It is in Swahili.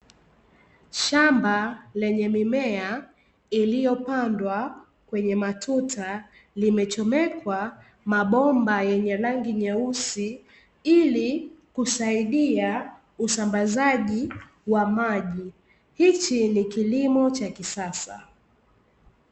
Shamba lenye mimea iliyopandwa kwenye matuta, limechomekwa mabomba yenye rangi nyeusi ili kusaidia usambazaji wa maji. Hiki ni kilimo cha kisasa.